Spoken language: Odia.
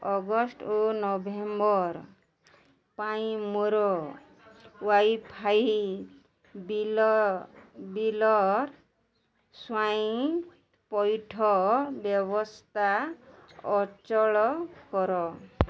ଅଗଷ୍ଟ ଓ ନଭେମ୍ବର୍ ପାଇଁ ମୋର ୱାଇଫାଇ ବିଲ୍ ବିଲର ସ୍ଵୟଂପଇଠ ବ୍ୟବସ୍ଥା ଅଚଳ କର